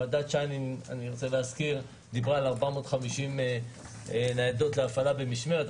אני רוצה להזכיר שוועדת שיינין דיברה על 450 ניידות להפעלה במשמרת.